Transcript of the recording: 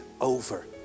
over